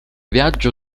viaggio